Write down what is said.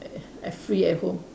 a~ at free at home